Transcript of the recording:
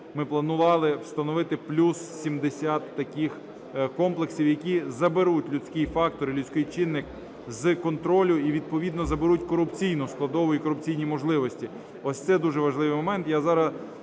ми планували встановити плюс 70 таких комплексів, які заберуть людський фактор і людський чинник з контролю, і відповідно заберуть корупційну складову і корупційні можливості. Ось це дуже важливий момент.